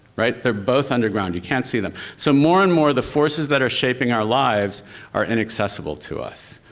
right? they're both underground. you can't see them. so, more and more the forces that are shaping our lives are inaccessible to us.